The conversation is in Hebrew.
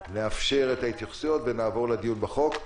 נאפשר את ההתייחסויות, ונעבור לדיון בחוק.